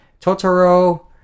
Totoro